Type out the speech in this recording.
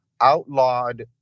outlawed